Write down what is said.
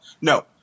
No